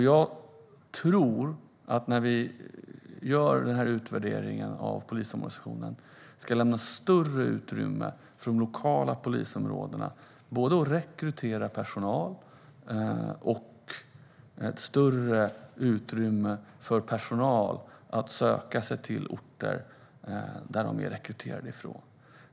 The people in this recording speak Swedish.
Jag tror att man i utvärderingen av polisorganisationen ska lämna större utrymme för de lokala polisområdena att rekrytera och för personal att söka sig till de orter som de har rekryterats ifrån.